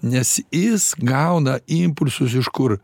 nes jis gauna impulsus iš kur